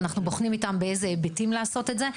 אנחנו בוחנים איתם באיזה היבטים לעשות את זה.